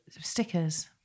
stickers